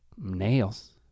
Nails